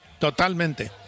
Totalmente